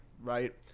Right